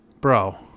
bro